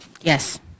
Yes